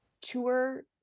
tour